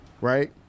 right